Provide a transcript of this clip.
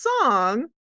song